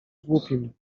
głupim